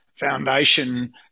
foundation